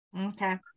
Okay